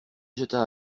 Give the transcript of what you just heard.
jeta